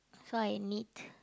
so I need